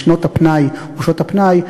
בשעות הפנאי,